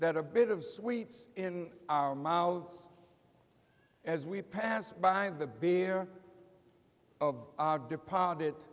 that a bit of sweets in our mouths as we pass by the beer of our dep